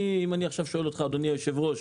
אם אני עכשיו שואל אותך, אדוני היושב-ראש,